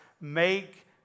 make